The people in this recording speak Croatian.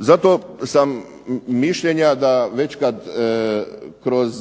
Zato sam mišljenja da već kada kroz